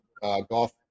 Golf